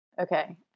Okay